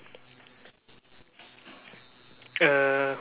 uh